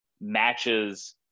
matches